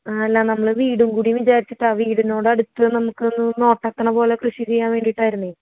ആ അല്ല നമ്മൾ വീടും കൂടി വിചാരിച്ചിട്ടാണ് വീടിനോടടുത്ത് നമുക്കൊന്ന് നോട്ടമെത്തണ പോലെ കൃഷി ചെയ്യാൻ വേണ്ടീട്ടായിരുന്നു